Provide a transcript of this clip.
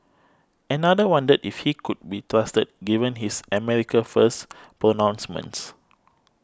another wondered if he could be trusted given his America First Pronouncements